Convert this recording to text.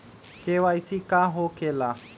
KYC का हो के ला?